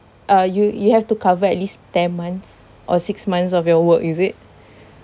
uh you you have to cover at least ten months or six months of your work is it